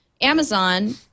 Amazon